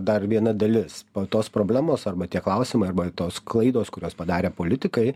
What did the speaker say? dar viena dalis tos problemos arba tie klausimai arba tos klaidos kurias padarė politikai